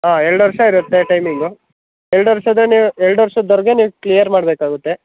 ಆಂ ಎರಡು ವರ್ಷ ಇರುತ್ತೆ ಟೈಮಿಂಗು ಎರಡು ವರ್ಷದ ನೀವು ಎರಡು ವರ್ಷದ್ವರ್ಗೆ ನೀವು ಕ್ಲಿಯರ್ ಮಾಡಬೇಕಾಗುತ್ತೆ